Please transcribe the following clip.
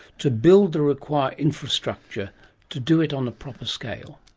to build the required infrastructure to do it on a proper scale?